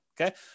Okay